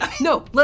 No